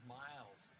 miles